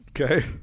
Okay